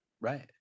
Right